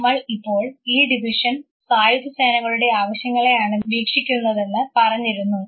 നമ്മൾ ഇപ്പോൾ ഈ ഡിവിഷൻ സായുധസേനകളുടെ ആവശ്യങ്ങളെ യാണ് വീക്ഷിക്കുന്നതെന്ന് പറഞ്ഞിരുന്നു